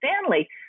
Stanley